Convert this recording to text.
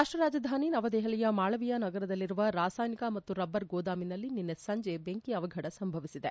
ರಾಷ್ಟ ರಾಜಧಾನಿ ನವದೆಹಲಿಯ ಮಾಳವಿಯಾ ನಗರದಲ್ಲಿರುವ ರಾಸಾಯನಿಕ ಮತ್ತು ರಬ್ಬರ್ ಗೋದಾಮಿನಲ್ಲಿ ನಿನ್ನೆ ಸಂಜೆ ಬೆಂಕಿ ಅವಫಡ ಸಂಭವಿಸಿದೆ